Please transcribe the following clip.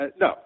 no